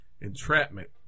Entrapment